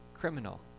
criminal